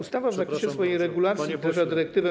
Ustawa w zakresie swojej regulacji wdraża dyrektywę.